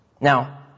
Now